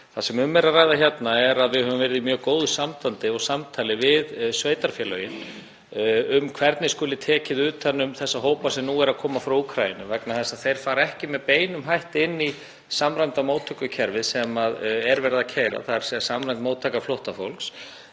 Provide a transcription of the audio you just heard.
Það sem um er að ræða hérna er að við höfum verið í mjög góðu sambandi og samtali við sveitarfélögin um hvernig skuli tekið utan um þá hópa sem nú eru að koma frá Úkraínu vegna þess að þeir fara ekki með beinum hætti inn í samræmda móttökukerfið sem er verið að keyra, þ.e. samræmda móttöku flóttafólks.